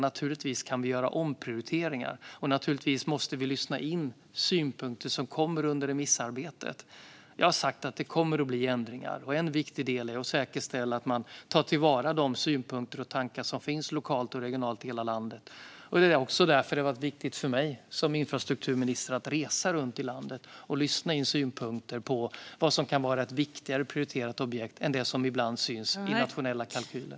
Naturligtvis kan vi göra omprioriteringar, och självklart måste vi lyssna in synpunkter som kommer under remissarbetet. Jag har sagt att det kommer att bli ändringar. En viktig del är att säkerställa att man tar till vara de synpunkter och tankar som finns lokalt och regionalt i hela landet. Det är också därför det har varit viktigt för mig som infrastrukturminister att resa runt i landet och lyssna in synpunkter på vilka objekt som ibland kan vara viktigare att prioritera än det som syns i nationella kalkyler.